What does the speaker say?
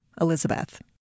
Elizabeth